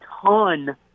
ton